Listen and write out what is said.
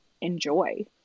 enjoy